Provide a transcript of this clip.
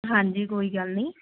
ਹਾਂਜੀ ਕੋਈ ਗੱਲ ਨੀ